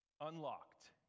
unlocked